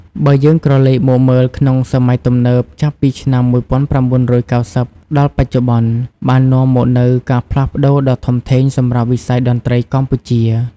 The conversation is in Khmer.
បើយើងក្រឡេកមកមើលក្នុងសម័យទំនើប ចាប់ពីឆ្នាំ ១៩៩០ ដល់បច្ចុប្បន្ន បាននាំមកនូវការផ្លាស់ប្តូរដ៏ធំធេងសម្រាប់វិស័យតន្ត្រីកម្ពុជា។